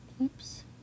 Oops